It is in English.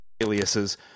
aliases